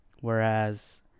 Whereas